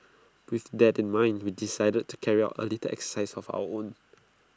with that in mind we decided to carry out A little exercise of our own